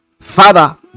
Father